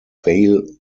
vale